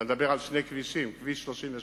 אתה מדבר על שני כבישים: כביש 38